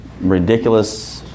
ridiculous